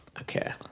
Okay